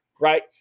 right